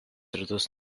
rytus